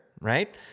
right